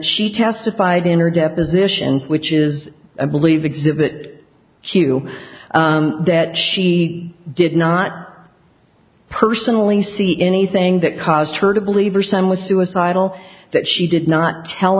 she testified in her depositions which is i believe exhibit two that she did not personally see anything that caused her to believe or some was suicidal that she did not tell